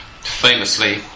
famously